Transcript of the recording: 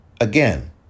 Again